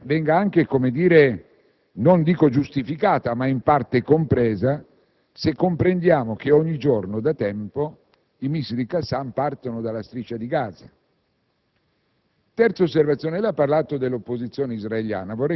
esasperata, provocatoria, venga anche non dico giustificata, ma in parte compresa se consideriamo che ogni giorno da tempo i missili Qassam partono dalla Striscia di Gaza.